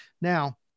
Now